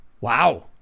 Wow